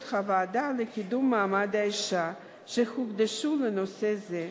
הוועדה לקידום מעמד האשה שהוקדשו לנושא זה.